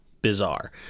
bizarre